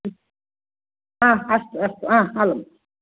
हा अस्तु अस्तु हा अलम्